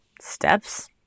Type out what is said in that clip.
steps